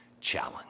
challenge